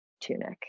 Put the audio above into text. tunic